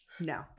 No